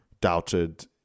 doubted